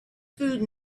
food